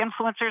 influencers